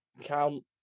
count